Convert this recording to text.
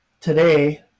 today